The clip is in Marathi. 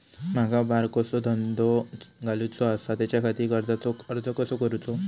माका बारकोसो धंदो घालुचो आसा त्याच्याखाती कर्जाचो अर्ज कसो करूचो?